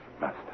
Master